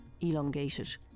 elongated